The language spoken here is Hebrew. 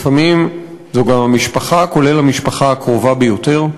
לפעמים זו גם המשפחה, כולל המשפחה הקרובה ביותר.